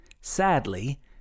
Sadly